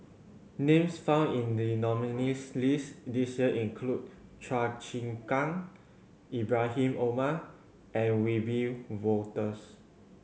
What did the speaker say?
names found in the nominees' list this year include Chua Chim Kang Ibrahim Omar and Wiebe Wolters